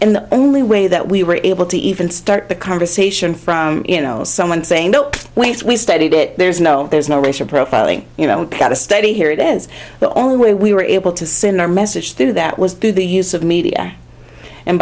in the only way that we were able to even start the conversation from you know someone saying don't waste we studied it there's no there's no racial profiling you know got a study here it is the only way we were able to send our message through that was through the use of media and